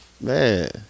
Man